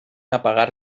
apagar